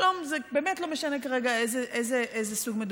וזה באמת לא משנה כרגע איזה סוג,